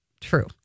true